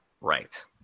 right